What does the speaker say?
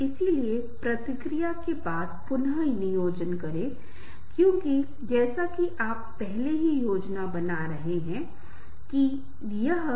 इसलिए यदि आप एक दूसरे की पारस्परिक आवश्यकताओं को पूरा करने में सक्षम हैं तो निश्चित रूप से संबंध आगे बढ़ेगा अन्यथा यह आगे बढ़ेगा अन्यथा सभी संभावना के साथ यह टूट जाएगा